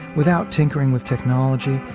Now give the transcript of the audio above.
without tinkering with technology,